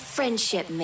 Friendship